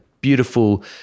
beautiful